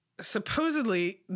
supposedly